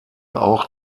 auch